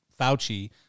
Fauci